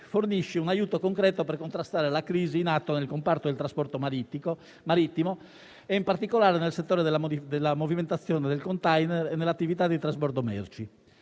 fornisce un aiuto concreto per contrastare la crisi in atto nel comparto del trasporto marittimo e, in particolare, nel settore della movimentazione dei *container* e nell'attività di trasbordo merci.